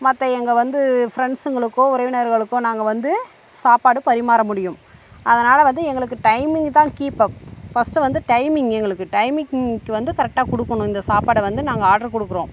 மற்ற எங்கள் வந்து ஃப்ரெண்ட்ஸுங்களுக்கோ உறவினர்களுக்கோ நாங்கள் வந்து சாப்பாடு பரிமாற முடியும் அதனால் வந்து எங்களுக்கு டைமிங்கு தான் கீப்அப் ஃபர்ஸ்ட்டு வந்து டைமிங் எங்களுக்கு டைமிக்ங்க்கு வந்து கரெக்ட்டாக கொடுக்குணும் இந்த சாப்பாடை வந்து நாங்கள் ஆட்ரு கொடுக்குறோம்